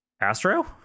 Astro